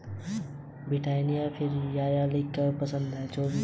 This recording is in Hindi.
एफ वन हाइब्रिड क्या है?